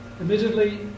Admittedly